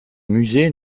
musée